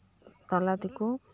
ᱛᱟᱞᱟᱛᱮᱠᱩ